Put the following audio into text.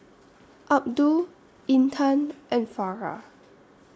Abdul Intan and Farah